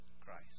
Christ